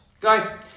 Guys